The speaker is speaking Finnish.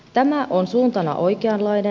tämä on suuntana oikeanlainen